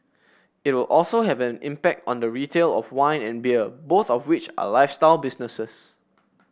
it will also have an impact on the retail of wine and beer both of which are lifestyle businesses